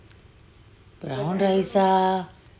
brown rice ah